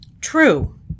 true